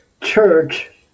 church